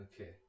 Okay